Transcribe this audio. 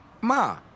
Ma